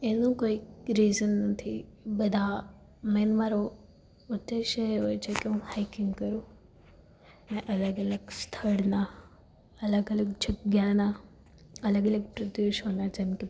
એનું કંઈક રિઝન નથી બધા મેમ્બરો બધે શહેરોએ જઈને હાઈકિંગ કરું અને અલગ અલગ સ્થળના અલગ અલગ જગ્યાના અલગ અલગ પ્રદેશોના જેમ કે